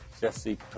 Jesse